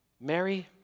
Mary